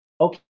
Okay